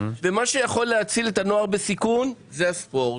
מה שיכול להציל את הנוער בסיכון, זה הספורט.